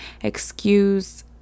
excuse